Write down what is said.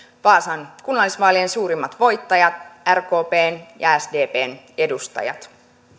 vaasan kunnallisvaalien suurimmat voittajat rkpn ja sdpn edustajat